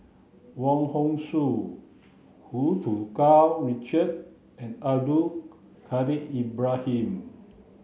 Wong Hong Suen Hu Tsu Tau Richard and Abdul Kadir Ibrahim